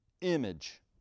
image